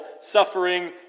suffering